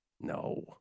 No